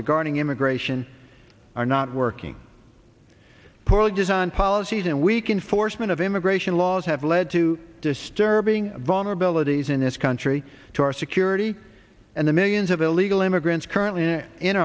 regarding immigration are not working poorly designed policies and we can force men of immigration laws have led to disturbing vulnerabilities in this country to our security and the millions of illegal immigrants currently in